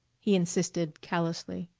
he insisted callously.